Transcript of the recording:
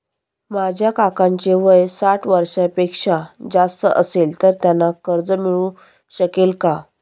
माझ्या काकांचे वय साठ वर्षांपेक्षा जास्त असेल तर त्यांना कर्ज मिळू शकेल का?